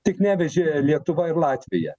tik nevežė lietuva ir latvija